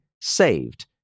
saved